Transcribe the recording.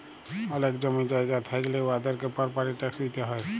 অলেক জমি জায়গা থ্যাইকলে উয়াদেরকে পরপার্টি ট্যাক্স দিতে হ্যয়